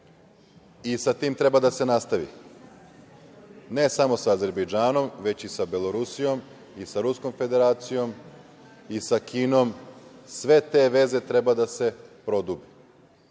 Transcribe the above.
i sa tim treba da se nastavi, ne samo sa Azerbejdžanom, već i sa Belorusijom, i sa Ruskom Federacijom, i sa Kinom. Sve te veze treba da se prodube. Imajući